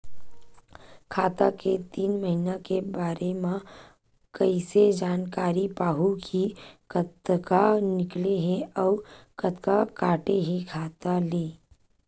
खाता के तीन महिना के बारे मा कइसे जानकारी पाहूं कि कतका निकले हे अउ कतका काटे हे खाता ले?